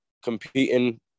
Competing